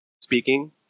speaking